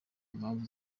mpamvu